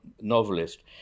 novelist